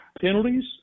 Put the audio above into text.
penalties